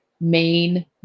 main